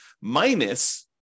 minus